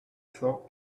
cent